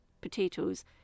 potatoes